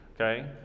okay